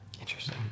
Interesting